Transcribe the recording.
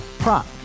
Prop